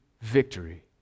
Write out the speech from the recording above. victory